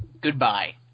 goodbye